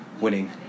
winning